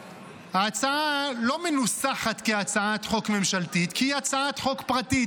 ההצעה לא מנוסחת כהצעת חוק ממשלתית כי היא הצעת חוק פרטית.